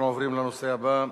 אנחנו עוברים לנושא הבא,